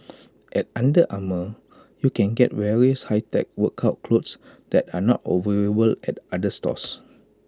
at under Armour you can get various high tech workout clothes that are not available at other stores